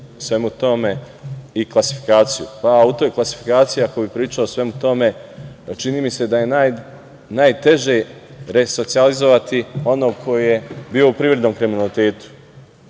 svemu tome i klasifikaciju. U toj klasifikaciji ako bih pričao o svemu tome čini mi se da je najteže resocijalizovati onog koji je bio u privrednom kriminalitetu. Mi